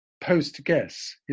post-guess